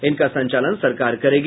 इनका संचालन सरकार करेगी